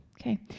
Okay